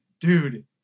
dude